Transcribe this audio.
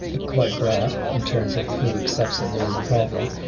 quite broad in terms of who accepts that there is a problem,